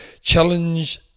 Challenge